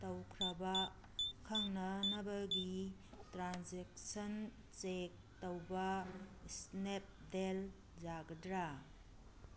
ꯇꯧꯈ꯭ꯔꯕ ꯈꯪꯅꯅꯕꯒꯤ transaction check ꯇꯧꯕ ꯏꯁꯅꯦꯞꯗꯤꯜ ꯌꯥꯒꯗ꯭ꯔꯥ